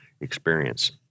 experience